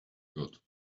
good